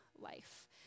life